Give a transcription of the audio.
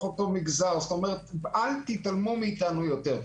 אל תתעלמו מאתנו יותר.